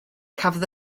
cafodd